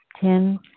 Ten